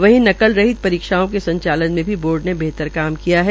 वही नकल रहित परीक्षाओं के संचालन में भी बोर्ड ने बेहतर कार्य किया है